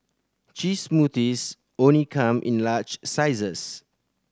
cheese smoothies only come in large sizes